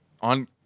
on